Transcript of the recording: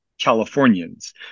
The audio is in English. Californians